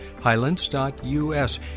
highlands.us